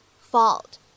fault